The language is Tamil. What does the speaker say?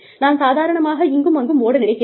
நான் சாதாரணமாக இங்கும் அங்கும் ஓட நினைக்கிறேன்